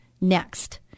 next